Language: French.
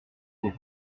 faut